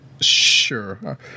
Sure